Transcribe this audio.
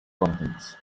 contents